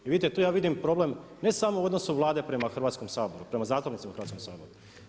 I vidite ja tu vidim problem, ne samo u odnosu Vlade prema Hrvatskom saboru, prema zakonicima u Hrvatskom saboru.